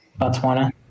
Botswana